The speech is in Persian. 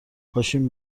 پاشیم